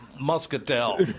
Muscatel